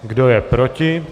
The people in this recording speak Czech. Kdo je proti?